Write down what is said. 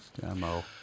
Demo